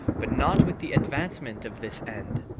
but not with the advancement of this end.